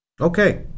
okay